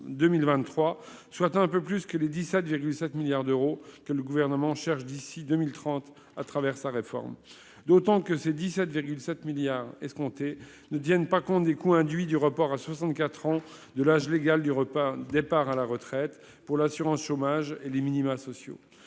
soit un peu plus que les 17,7 milliards d'euros que le gouvernement cherche d'ici 2030 à travers sa réforme. D'autant que ces 17,7 milliards et ce comté ne tiennent pas compte des coûts induits du report à 64 ans de l'âge légal du repas. Départ à la retraite pour l'assurance chômage et les minima sociaux,